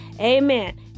Amen